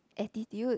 attitude